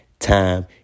time